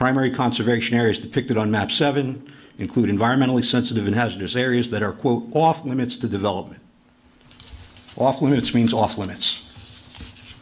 primary conservation areas depicted on map seven include environmentally sensitive and hazardous areas that are quote off limits to development off limits means off limits